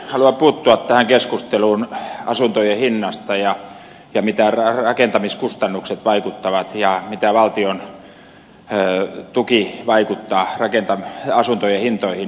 haluan puuttua tähän keskusteluun asuntojen hinnasta ja siitä mitä rakentamiskustannukset vaikuttavat ja mitä valtion tuki vaikuttaa asuntojen hintoihin